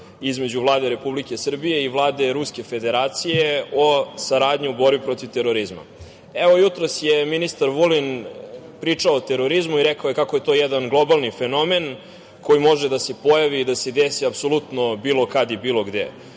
između Vlade Republike Srbije i Vlade Ruske Federacije o saradnji u borbi protiv terorizma. Jutros je ministar Vulin pričao o terorizmu i rekao kako je to jedan globalni fenomen koji može da se pojavi i da se desi apsolutno bilo kad i bilo gde.